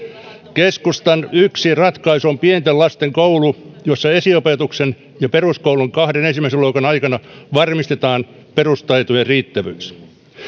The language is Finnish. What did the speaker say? keskustan yksi ratkaisu on pienten lasten koulu jossa esiopetuksen ja peruskoulun kahden ensimmäisen luokan aikana varmistetaan perustaitojen riittävyys